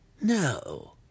No